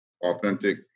authentic